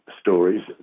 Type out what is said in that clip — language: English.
stories